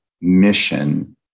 mission